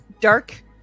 dark